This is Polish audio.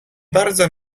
bardzo